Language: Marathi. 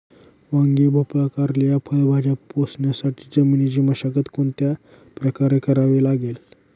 वांगी, भोपळा, कारली या फळभाज्या पोसण्यासाठी जमिनीची मशागत कोणत्या प्रकारे करावी लागेल?